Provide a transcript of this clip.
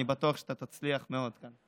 אני בטוח שאתה תצליח מאוד כאן.